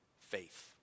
faith